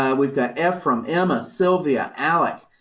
ah we've got ephraim, emma, sylvia, alec.